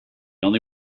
only